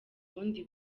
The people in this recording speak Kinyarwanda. ubundi